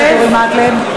מקלב.